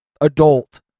adult